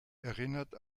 erinnert